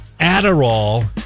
Adderall